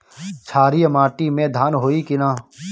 क्षारिय माटी में धान होई की न?